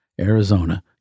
Arizona